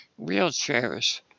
wheelchairs